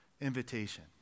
invitation